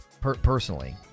Personally